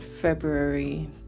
February